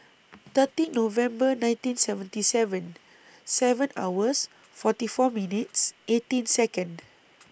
thirteen November nineteen seventy seven seven hours forty four minutes eighteen Second